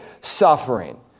suffering